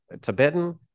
Tibetan